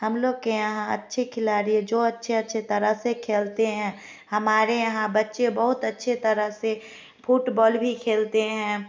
हम लोग के यहाँ अच्छे खिलाड़ी जो अच्छे अच्छे तरह से खेलते है हमारे यहाँ बच्चे बहुत अछे तरह से फुटबाल भी खेलते हैं